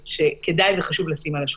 שכדאי וחשוב לשים על השולחן.